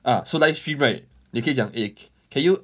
uh so live stream right 你可以讲 eh can you